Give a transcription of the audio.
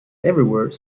everywhere